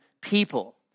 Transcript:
people